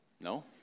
no